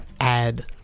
add